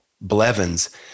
Blevins